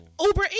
Uber